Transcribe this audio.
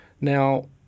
Now